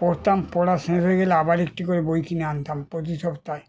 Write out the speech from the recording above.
পড়তাম পড়া শেষ হয়ে গেলে আবার একটি করে বই কিনে আনতাম প্রতি সপ্তাহে